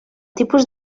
tipus